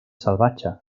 salvatge